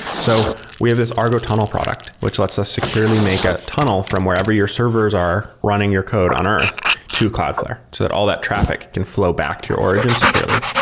so we have is argo tunnel product, which lets us securely make a tunnel from wherever your servers are running your code on earth to cloudflare so that all that traffic can flow back to your origin securely.